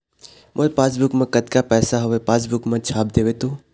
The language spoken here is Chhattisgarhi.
मोर पासबुक मा कतका पैसा हवे पासबुक मा छाप देव तो?